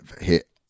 hit